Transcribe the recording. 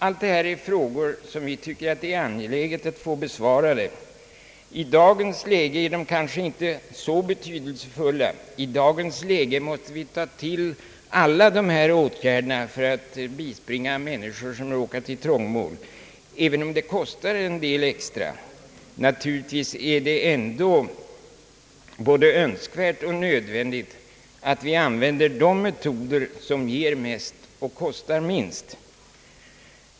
Allt detta är frågor som vi tycker det är angeläget att få besvarade. I dagens läge är de kanske inte så betydelsefulla. I dagens läge måste vi tillgripa alla de här åtgärderna för att bispringa människor som råkat i trångmål, även om det kostar en del extra. Naturligtvis är det ändå både önskvärt och nödvändigt att använda de metoder som ger mest och kostar minst.